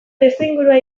testuingurua